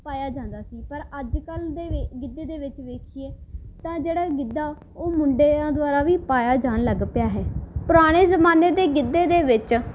ਪਾਇਆ ਜਾਂਦਾ ਸੀ ਪਰ ਅੱਜ ਕੱਲ੍ਹ ਦੇ ਵਿੱ ਗਿੱਧੇ ਦੇ ਵਿੱਚ ਵੇਖੀਏ ਤਾਂ ਜਿਹੜਾ ਇਹ ਗਿੱਧਾ ਉਹ ਮੁੰਡਿਆਂ ਦੁਆਰਾ ਵੀ ਪਾਇਆ ਜਾਣ ਲੱਗ ਪਿਆ ਹੈ ਪੁਰਾਣੇ ਜਮਾਨੇ ਦੇ ਗਿੱਧੇ ਦੇ ਵਿੱਚ